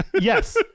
Yes